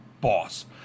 boss